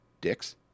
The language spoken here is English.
Dicks